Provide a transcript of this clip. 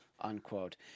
unquote